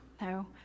No